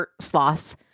sloths